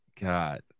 God